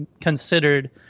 considered